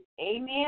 Amen